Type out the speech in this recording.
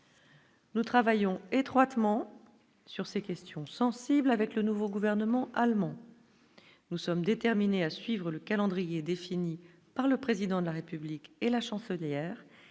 Nous travaillons étroitement sur ces questions sensibles avec le nouveau gouvernement allemand nous sommes déterminés à suivre le calendrier défini par le président de la République et la chancelière